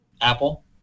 Apple